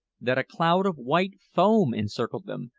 that a cloud of white foam encircled them,